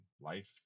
Life